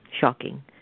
shocking